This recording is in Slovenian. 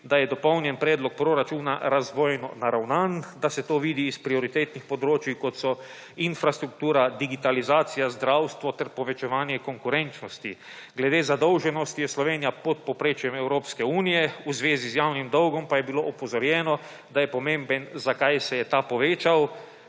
da je Dopolnjen predlog proračuna razvojno naravnan, da se to vidi iz prioritetnih področjih, kot so infrastruktura, digitalizacija, zdravstvo ter povečevanje konkurenčnosti. Glede zadolženosti je Slovenija pod povprečjem Evropske unije. V zvezi z javnim dolgom pa je bilo opozorjeno, da je pomembno, zakaj se je ta povečal,